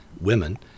women